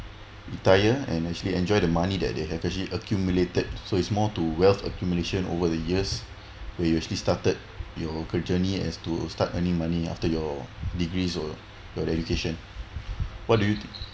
retire and actually enjoy the money that they have actually accumulated so it's more to wealth accumulation over the years where you actually started you journey as to start earning money after your degrees or your education what do you think